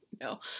No